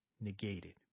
negated